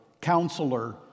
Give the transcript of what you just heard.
Counselor